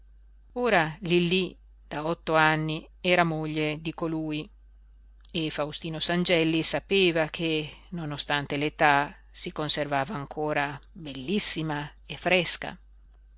ora lillí da otto anni era moglie di colui e faustino sangelli sapeva che nonostante l'età si conservava ancora bellissima e fresca